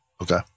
Okay